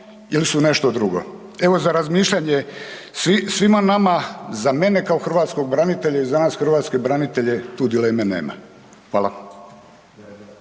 il su nešto drugo? Evo za razmišljanje svima nama, za mene kao hrvatskog branitelja i za nas hrvatske branitelje tu dileme nema. Hvala.